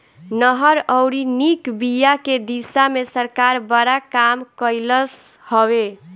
नहर अउरी निक बिया के दिशा में सरकार बड़ा काम कइलस हवे